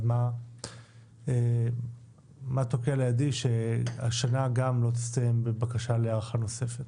אז מה תוקע לידי שהשנה גם לא תסתיים בבקשת הארכה נוספת?